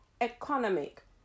economic